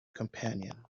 companion